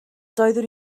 doeddwn